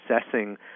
assessing